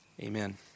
Amen